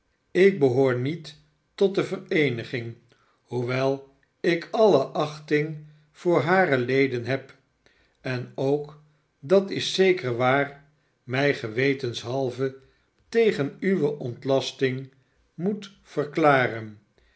ik behoor niet tot de vereeniging hoewel ik alle achting voor hare leden heb en ook dat is zeker waar mij gewetenshalve tegen uwe ontlasting moet verklaren